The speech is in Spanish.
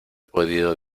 podido